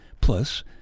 plus